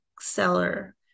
seller